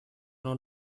not